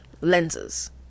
lenses